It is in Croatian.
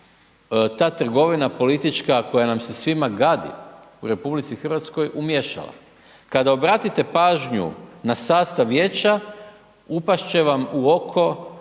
ta trgovina politička, koja nam se svima gadi, u Republici Hrvatskoj umiješala. Kada obratite pažnju na sastav Vijeća, upast će vam u oko